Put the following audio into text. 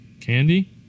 Candy